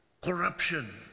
corruption